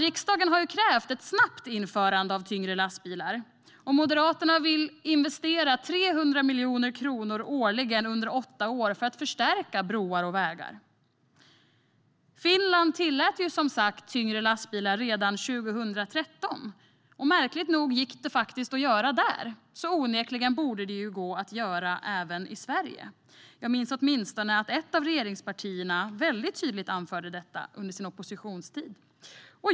Riksdagen har krävt ett snabbt införande av tyngre lastbilar, och Moderaterna vill investera 300 miljoner kronor årligen under åtta år för att förstärka broar och vägar. Finland tillät tyngre lastbilar redan 2013. Märkligt nog gick det att göra där. Onekligen borde det gå att göra även i Sverige. Jag minns att åtminstone ett av regeringspartierna tydligt anförde detta under sin oppositionstid.